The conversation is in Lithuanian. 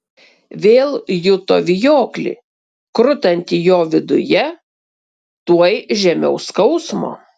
vėl juto vijoklį krutantį jo viduje tuoj žemiau skausmo